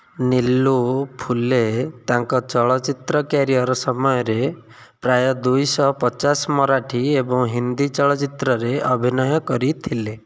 ନୀଲୁ ଫୁଲେ ତାଙ୍କ ଚଳଚ୍ଚିତ୍ର କ୍ୟାରିୟର ସମୟରେ ପ୍ରାୟ ଦୁଇଶହ ପଚାଶ ମରାଠୀ ଏବଂ ହିନ୍ଦୀ ଚଳଚ୍ଚିତ୍ରରେ ଅଭିନୟ କରିଥିଲେ